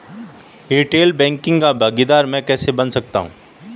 Retail banking का भागीदार मैं कैसे बन सकता हूँ?